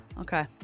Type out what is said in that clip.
Okay